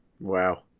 Wow